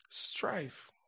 Strife